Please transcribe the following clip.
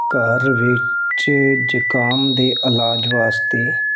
ਘਰ ਵਿੱਚ ਜ਼ੁਕਾਮ ਦੇ ਇਲਾਜ ਵਾਸਤੇ